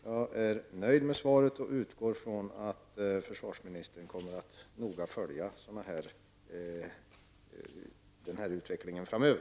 Jag är nöjd med svaret och utgår från att försvarsministern kommer att noga följa utvecklingen framöver.